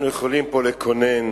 אנחנו יכולים פה לקונן,